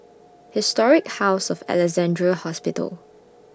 Historic House of Alexandra Hospital